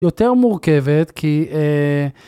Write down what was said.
יותר מורכבת כי אה...